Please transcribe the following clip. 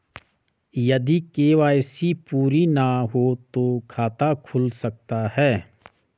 यदि के.वाई.सी पूरी ना हो तो खाता खुल सकता है?